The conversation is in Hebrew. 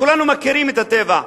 כולנו מכירים את הטבח,